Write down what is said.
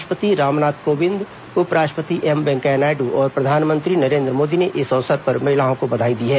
राष्ट्रपति रामनाथ कोविंद उप राष्ट्रपति एम वैंकेया नायडू और प्रधानमंत्री नरेन्द्र मोदी ने इस अवसर पर महिलाओं को बधाई दी है